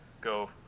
go